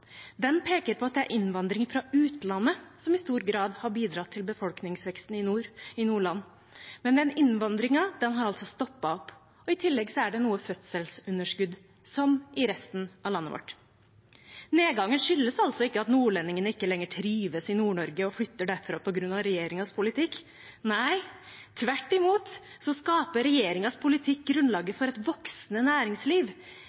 Den peker på at det er innvandring fra utlandet som i stor grad har bidratt til befolkningsveksten i Nordland. Men den innvandringen har altså stoppet opp. I tillegg er det noe fødselsunderskudd, som i resten av landet vårt. Nedgangen skyldes altså ikke at nordlendingene ikke lenger trives i Nord-Norge og flytter derfra på grunn av regjeringens politikk. Nei, tvert imot skaper regjeringens politikk grunnlaget